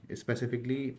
specifically